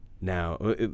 Now